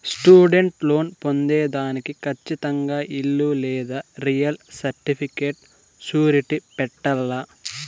student loan పొందేదానికి కచ్చితంగా ఇల్లు లేదా రియల్ సర్టిఫికేట్ సూరిటీ పెట్టాల్ల